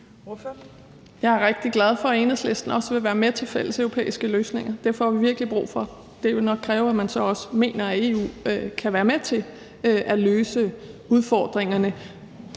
Jeg er rigtig glad for, at Enhedslisten også vil være med til fælles europæiske løsninger. Det får vi virkelig brug for. Det vil jo så nok også kræve, at man mener, at EU kan være med til at løse udfordringerne.